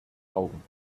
augen